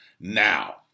Now